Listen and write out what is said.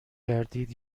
گردید